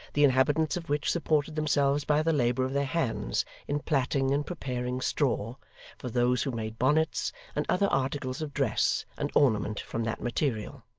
the inhabitants of which supported themselves by the labour of their hands in plaiting and preparing straw for those who made bonnets and other articles of dress and ornament from that material